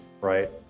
right